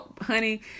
Honey